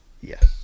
Yes